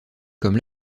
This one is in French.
comme